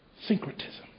Syncretism